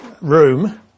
room